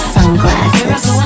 Sunglasses